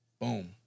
Boom